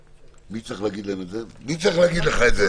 מי צריך להגיד לך את זה?